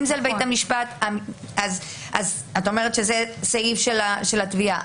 את אומרת שזה סעיף של התביעה.